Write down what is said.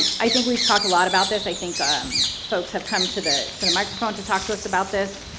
i think we've talked a lot about this. i think um folks have come to the to the microphone to talk to us about this.